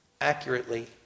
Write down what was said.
accurately